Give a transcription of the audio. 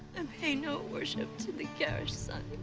and pay no worship to the garish sun.